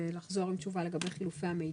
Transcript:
לחזור עם תשובה לגבי חילופי המידע.